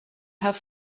have